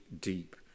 deep